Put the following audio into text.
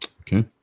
Okay